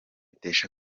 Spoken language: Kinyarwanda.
bitesha